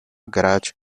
garage